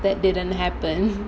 that didn't happen